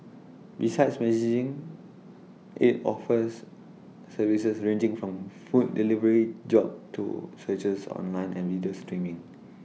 besides messaging IT offers services ranging from food delivery job to searches online and video streaming